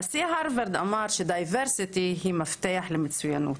נשיא הרווארד אמר ש-diversity היא מפתח למצוינות.